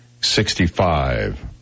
Sixty-five